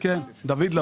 שלום.